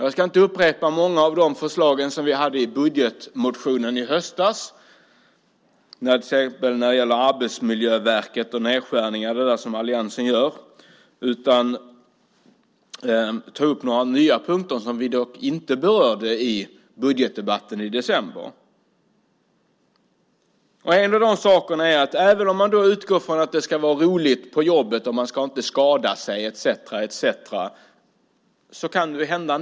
Jag ska inte upprepa de många förslagen i vår budgetmotion i höstas. Det gäller då till exempel Arbetsmiljöverket och de nedskärningar som alliansen där gör. I stället ska jag ta upp några nya punkter som vi inte berörde i budgetdebatten i december. Även om man utgår från att det ska vara roligt på jobbet och att folk inte ska skada sig etcetera kan saker hända.